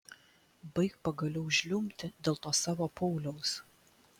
baik pagaliau žliumbti dėl to savo pauliaus